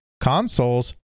consoles